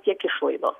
tiek išlaidos